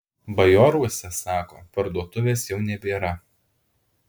bajoruose sako parduotuvės jau nebėra